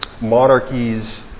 monarchies